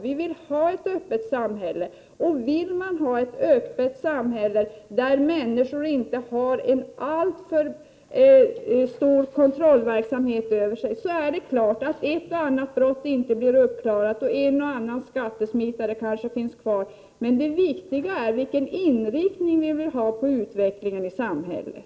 Vi vill ha ett öppet samhälle, och vill man ha ett öppet samhälle där människor inte har en alltför stor kontrollverksamhet över sig är det klart att ett och annat brott inte blir upptäckt och en och annan skattesmitare kanske finns kvar. Men det viktiga är vilken inriktning vi vill ha på utvecklingen i samhället.